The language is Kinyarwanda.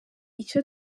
icyo